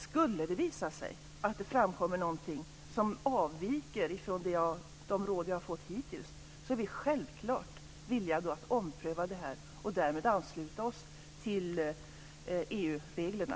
Skulle det framkomma någonting som avviker från de råd som jag har fått hittills, är vi självklart villiga att ompröva vår inställning och därmed ansluta oss till EU-reglerna.